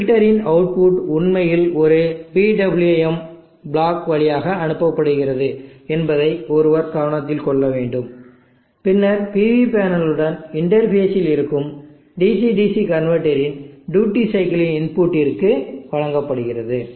பில்டரின் output உண்மையில் ஒரு PWM block வழியாக அனுப்பப்படுகிறது என்பதை ஒருவர் கவனத்தில் கொள்ள வேண்டும் பின்னர் PV பேனலுடன் இன்டர்பேஸ் இல் இருக்கும் DC DC கன்வெர்ட்டர் இன் டியூட்டி சைக்கிளின் இன்புட்டிற்கு வழங்கப்படுகிறது